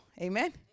Amen